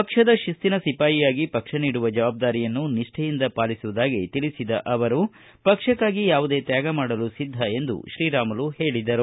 ಪಕ್ಷದ ಶಿಸ್ತಿನ ಸಿಪಾಯಿಯಾಗಿ ಪಕ್ಷ ನೀಡುವ ಜವಾಬ್ದಾರಿಯನ್ನು ನಿಷೈಯಿಂದ ಮಾಡುವುದಾಗಿ ತಿಳಿಸಿದ ಅವರು ಪಕ್ಷಕ್ಕಾಗಿ ಯಾವುದೇ ತ್ಯಾಗ ಮಾಡಲು ಸಿದ್ದ ಎಂದು ಶ್ರೀರಾಮುಲು ಹೇಳಿದರು